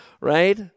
right